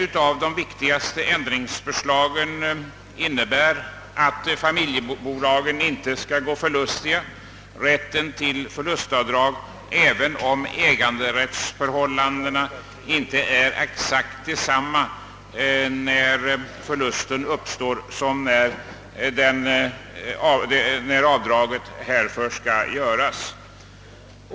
Ett av de viktigaste ändringsförslagen innebär att familjebolagen inte skall mista rätten till förlustavdrag, även om äganderättsförhållandena inte är exakt desamma när förlusten uppstår som när avdraget för förlusten skall göras.